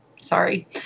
Sorry